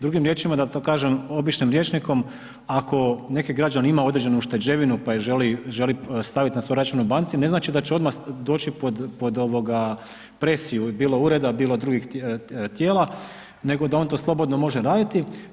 Drugim riječima da to kažem običnim rječnikom, ako neki građanin ima određenu ušteđevinu pa je želi stavit na svoj račun u banci ne znači da će odmah doći pod ovoga presiju bilo ureda, bilo drugih tijela, nego da on to slobodno može raditi.